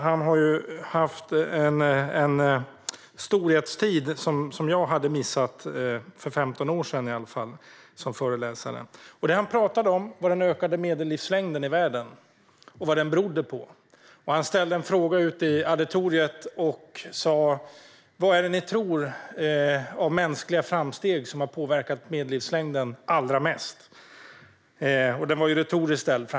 Han har ju haft en storhetstid som föreläsare, men ditintills hade jag missat det. Det han pratade om var den ökade medellivslängden i världen och vad den berodde på. Han ställde en fråga ut i auditoriet: Vilka mänskliga framsteg tror ni har påverkat medellivslängden allra mest? Frågan var retoriskt ställd.